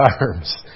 arms